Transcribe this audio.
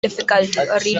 difficulty